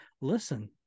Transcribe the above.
listen